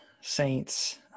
saints